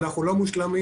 אנחנו לא מושלמים,